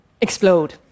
explode